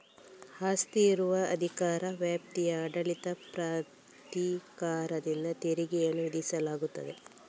ಆಸ್ತಿ ಇರುವ ಅಧಿಕಾರ ವ್ಯಾಪ್ತಿಯ ಆಡಳಿತ ಪ್ರಾಧಿಕಾರದಿಂದ ತೆರಿಗೆಯನ್ನು ವಿಧಿಸಲಾಗುತ್ತದೆ